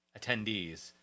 attendees